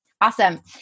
Awesome